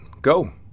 go